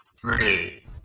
three